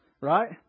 Right